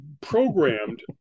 programmed